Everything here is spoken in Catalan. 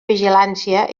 vigilància